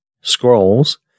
scrolls